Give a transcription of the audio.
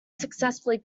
successfully